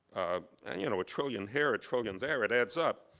and you know a trillion here, a trillion there, it adds up.